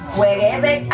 wherever